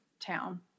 town